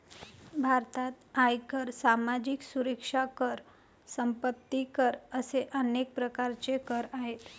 भारतात आयकर, सामाजिक सुरक्षा कर, संपत्ती कर असे अनेक प्रकारचे कर आहेत